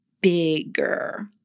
bigger